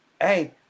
Hey